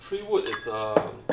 Three Wood is a